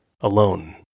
alone